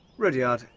rudyard,